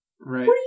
Right